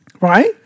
Right